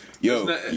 yo